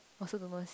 also where's